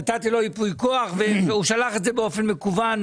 נתתי לו ייפוי כוח והוא שלח את זה באופן מקוון.